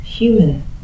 human